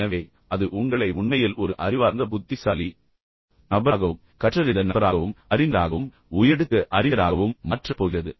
எனவே அது உங்களை உண்மையில் ஒரு அறிவார்ந்த புத்திசாலி நபராகவும் கற்றறிந்த நபராகவும் அறிஞராகவும் உயரடுக்கு அறிஞராகவும் மாற்றப் போகிறது